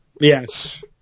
Yes